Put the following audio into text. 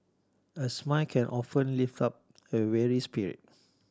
a smile can often lift up a weary spirit